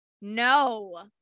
No